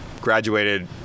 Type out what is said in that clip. graduated